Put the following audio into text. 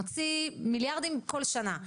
נוציא מיליארדי שקלים כל שנה.